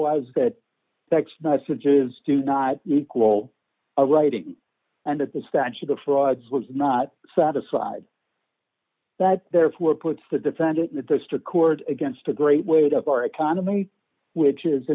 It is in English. was that text messages to not equal are writing and that the statute of frauds was not satisfied that therefore puts the defendant in a district court against a great weight of our economy which is